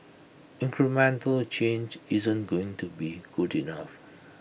incremental change isn't going to be good enough